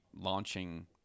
launching